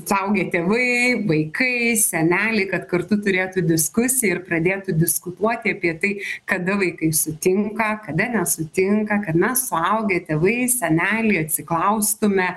suaugę tėvai vaikai seneliai kad kartu turėtų diskusiją ir pradėtų diskutuoti apie tai kada vaikai sutinka kada nesutinka kad mes suaugę tėvai seneliai atsiklaustume